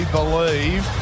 believe